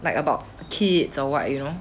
like about kids or what you know